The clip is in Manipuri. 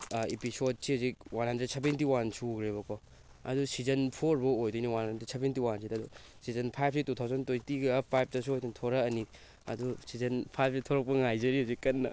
ꯑꯦꯄꯤꯁꯣꯠ ꯁꯤ ꯍꯧꯖꯤꯛ ꯋꯥꯟ ꯍꯟꯗ꯭ꯔꯦꯠ ꯁꯚꯦꯟꯇꯤ ꯋꯥꯟ ꯁꯨꯈ꯭ꯔꯦꯕꯀꯣ ꯑꯗꯣ ꯁꯤꯖꯟ ꯐꯣꯔꯕꯨꯛ ꯑꯣꯏꯗꯣꯏꯅꯤ ꯋꯥꯟ ꯍꯟꯗ꯭ꯔꯦꯠ ꯁꯚꯦꯟꯇꯤ ꯋꯥꯟꯁꯤꯗ ꯑꯗꯣ ꯁꯤꯖꯟ ꯐꯥꯏꯚꯁꯤ ꯇꯨ ꯊꯥꯎꯖꯟ ꯇ꯭ꯋꯦꯟꯇꯤꯒ ꯐꯥꯏꯚꯇ ꯁꯣꯏꯗꯅ ꯊꯣꯔꯛꯑꯅꯤ ꯑꯗꯨ ꯁꯤꯖꯟ ꯐꯥꯏꯚꯁꯤ ꯊꯣꯔꯛꯄ ꯉꯥꯏꯖꯔꯤ ꯍꯧꯖꯤꯛ ꯀꯟꯅ